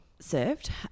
served